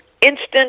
instant